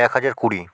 এক হাজার কুড়ি